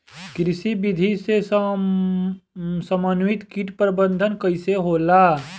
कृषि विधि से समन्वित कीट प्रबंधन कइसे होला?